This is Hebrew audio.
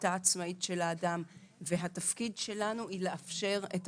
ובהחלטה עצמאית של האדם והתפקיד שלנו הוא לאפשר על